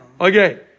Okay